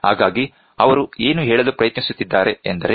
ಹಾಗಾಗಿ ಅವರು ಏನು ಹೇಳಲು ಪ್ರಯತ್ನಿಸುತ್ತಿದ್ದಾರೆ ಎಂದರೆ